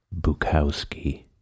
Bukowski